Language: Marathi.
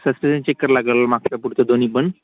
सस्पेंशन चेक करा लागेल मागचं पुढचं दोन्ही पण